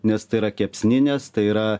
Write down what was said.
nes tai yra kepsninės tai yra